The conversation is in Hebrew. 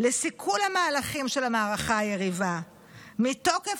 לסיכול המהלכים של המערכת היריבה מתוקף